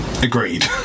Agreed